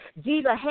Jesus